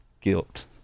guilt